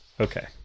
Okay